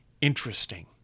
interesting